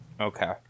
Okay